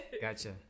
Gotcha